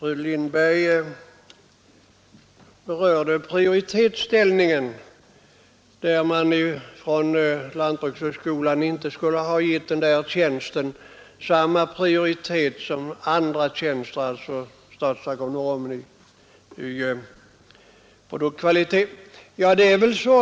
Herr talman! Fru Lindberg sade att lantbrukshögskolan inte skulle ha gett tjänsten som statsagronom i produktkvalitet samma prioritet som andra tjänster.